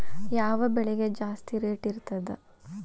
ಯಾವ ಬೆಳಿಗೆ ಜಾಸ್ತಿ ರೇಟ್ ಇರ್ತದ?